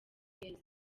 yesu